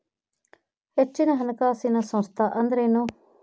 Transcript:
ಹೆಚ್ಚಿನ ಹಣಕಾಸಿನ ಸಂಸ್ಥಾ ಅಂದ್ರೇನು?